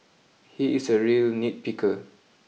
he is a real nit picker